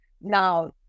Now